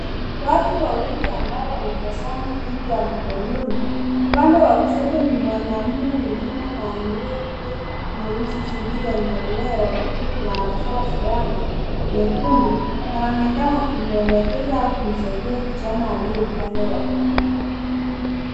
Watu wawili ambao wanatazama simu ya mkononi, upande wa kushoto ni mwanaume mzima, na nywele nyeusi zilionyolewa vizuri na anavaa fulana nyekundu. Anaonekana akimuelekeza au kumsaidia kijana aliye upande wa kulia.